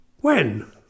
When